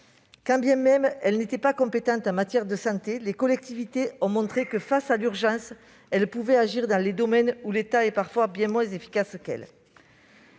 Quand bien même elles n'étaient pas compétentes en matière de santé, les collectivités ont montré que, face à l'urgence, elles pouvaient agir dans les domaines ou l'État est parfois bien moins efficace qu'elles.